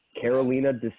Carolina